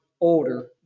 older